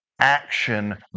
action